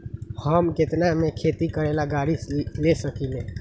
हम केतना में खेती करेला गाड़ी ले सकींले?